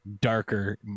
darker